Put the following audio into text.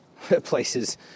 places